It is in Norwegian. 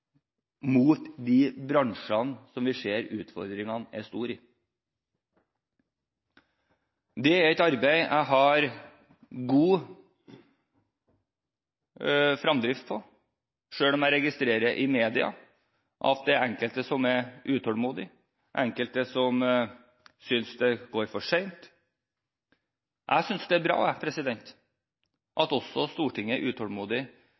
de bransjene der vi ser utfordringene er store. Det er et arbeid jeg har god fremdrift på – selv om jeg registrerer i media at det er enkelte som er utålmodige, enkelte som synes det går for sent. Jeg synes det er bra at også Stortinget er utålmodig